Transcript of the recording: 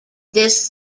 this